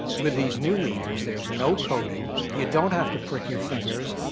with these new meters, there's no coding. you don't have to prick your fingers,